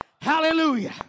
hallelujah